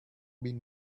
been